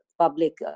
public